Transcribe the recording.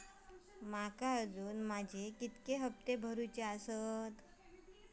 माका अजून माझे किती हप्ते भरूचे आसत?